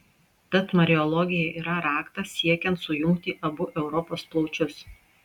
tad mariologija yra raktas siekiant sujungti abu europos plaučius